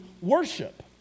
worship